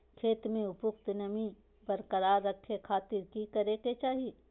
खेत में उपयुक्त नमी बरकरार रखे खातिर की करे के चाही?